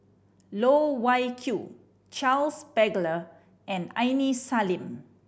Loh Wai Kiew Charles Paglar and Aini Salim